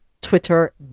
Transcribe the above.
Twitter